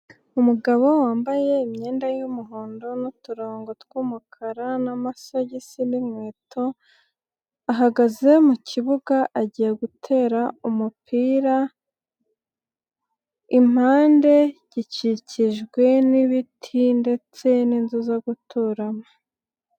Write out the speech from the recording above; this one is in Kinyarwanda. Umugabo wambaye imyenda y'umuhondo n'uturongo tw'umukara n'amagisi n'inkweto, ahagaze mu kibuga agiye gutera umupira ,impande gikikijwe n'ibiti ndetse n'inzu zo guturamo.